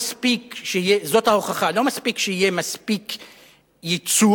זאת ההוכחה: לא מספיק שיהיה מספיק ייצוג,